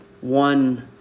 one